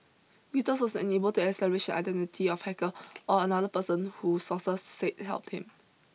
Reuters was unable to establish the identity of the hacker or another person who sources said helped him